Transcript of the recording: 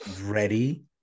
ready